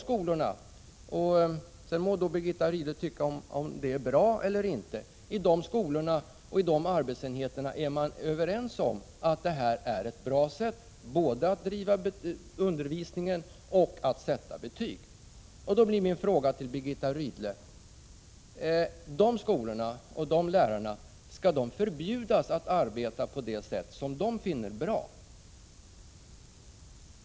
Sedan må Birgitta Rydle tycka att det är bra eller inte. Men i dessa skolor och arbetsenheter är man överens om att det är ett bra sätt både att bedriva undervisning och att sätta betyg. Jag frågar Birgitta Rydle: Skall dessa skolor och lärare förbjudas att arbeta på det sätt som de finner bra?